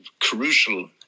crucial